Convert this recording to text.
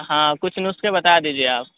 ہاں کچھ نسخے بتا دیجیے آپ